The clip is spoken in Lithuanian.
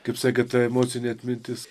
kaip sakėt ta emocinė atmintis